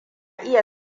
iya